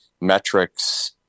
metrics